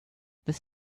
this